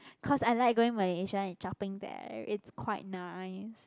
cause I like going Malaysia and shopping there it's quite nice